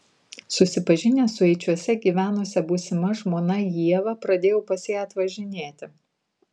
susipažinęs su eičiuose gyvenusia būsima žmona ieva pradėjau pas ją atvažinėti